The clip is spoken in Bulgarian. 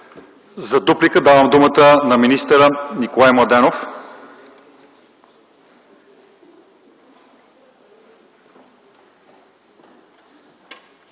За дуплика давам думата на министър Николай Младенов.